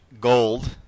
gold